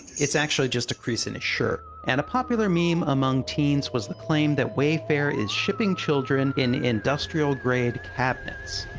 it's actually just a crease in his shirt. and a popular meme among teens was the claim that wayfair is shipping children in industrial-grade cabinets.